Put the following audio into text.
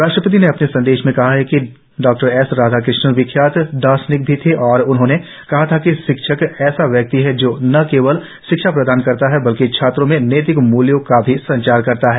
राष्ट्रपति ने अपने संदेश में कहा कि डॉक्टर राधाकृष्णन विख्यात दार्शनिक भी थे और उन्होंने कहा था कि शिक्षक ऐसा व्यक्ति है जो न केवल शिक्षा प्रदान करता है बल्कि छात्रों में नैतिक मूल्यों का भी संचार करता है